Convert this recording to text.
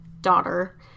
daughter